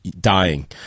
dying